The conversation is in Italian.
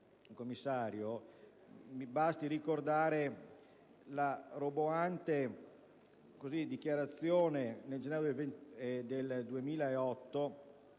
mi basti ricordare la roboante dichiarazione nel gennaio del 2008